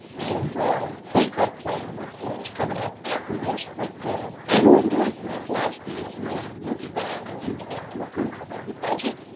and pay cut plan that is coming up after this, but i go into it, my philosophy is knowing we'll be back and we'll have to approve an amended budget